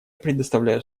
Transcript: предоставляю